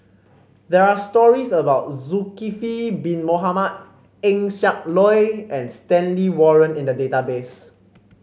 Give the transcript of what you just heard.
there are stories about Zulkifli Bin Mohamed Eng Siak Loy and Stanley Warren in the database